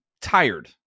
tired